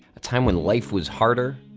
a time when life was harder,